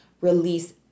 release